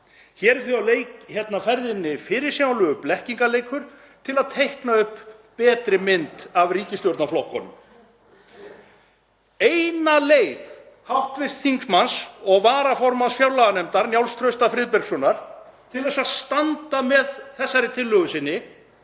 Hér er því á ferðinni fyrirsjáanlegur blekkingaleikur til að teikna upp betri mynd af ríkisstjórnarflokkunum. Eina leið hv. þingmanns og varaformanns fjárlaganefndar, Njáls Trausta Friðbertssonar, til að standa með þessari tillögu sinni